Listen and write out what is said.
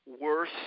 worse